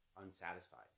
unsatisfied